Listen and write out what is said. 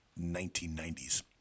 1990s